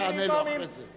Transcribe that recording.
תענה לו אחרי זה,